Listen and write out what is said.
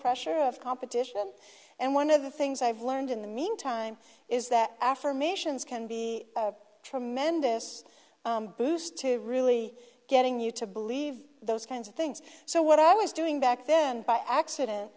pressure of competition and one of the things i've learned in the meantime is that affirmations can be tremendous boost to really getting you to believe those kinds of things so what i was doing back then by accident